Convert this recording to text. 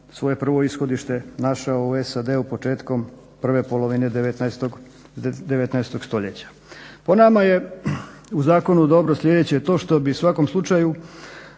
svoje prvo ishodište našao u SAD početkom prve polovine 19.stoljeća. Po nama je u zakonu dobro sljedeće to što bi u svakom slučaju